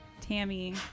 Tammy